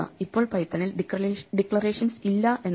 ഇപ്പോൾ പൈത്തണിൽ ഡിക്ലറേഷൻസ് ഇല്ല എന്നല്ല